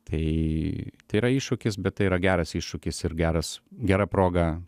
tai tai yra iššūkis bet tai yra geras iššūkis ir geras gera proga